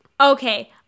Okay